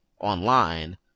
online